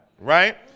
right